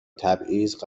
تبعیض